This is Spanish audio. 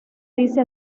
dice